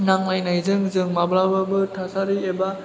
नांलायनायजों जों माब्लाबाबो थासारि एबा